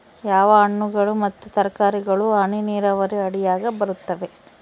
ಯಾವ ಹಣ್ಣುಗಳು ಮತ್ತು ತರಕಾರಿಗಳು ಹನಿ ನೇರಾವರಿ ಅಡಿಯಾಗ ಬರುತ್ತವೆ?